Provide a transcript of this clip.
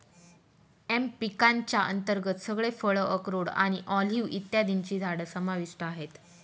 M पिकांच्या अंतर्गत सगळे फळ, अक्रोड आणि ऑलिव्ह इत्यादींची झाडं समाविष्ट आहेत